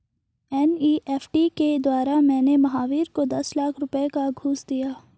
NEFT के द्वारा मैंने महावीर को दस लाख रुपए का घूंस दिया